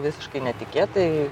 visiškai netikėtai